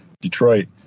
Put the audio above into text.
Detroit